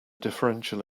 differential